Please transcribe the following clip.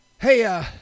Hey